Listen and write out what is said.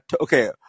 okay